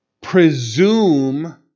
presume